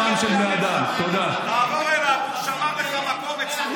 הבוס שלך מבסוט ממך.